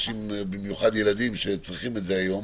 במיוחד ילדים שצריכים את זה היום